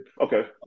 Okay